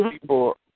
people